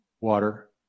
water